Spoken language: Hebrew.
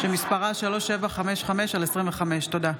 שמספרה 3755/25. תודה.